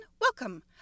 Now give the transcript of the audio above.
welcome